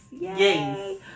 Yay